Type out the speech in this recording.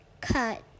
cut